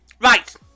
Right